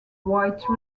white